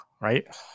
right